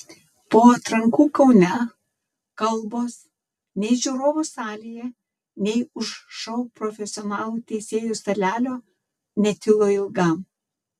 po atrankų kaune kalbos nei žiūrovų salėje nei už šou profesionalų teisėjų stalelio netilo ilgam